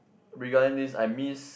regarding this I miss